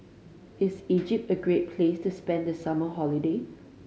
is Egypt a great place to spend the summer holiday